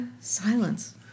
silence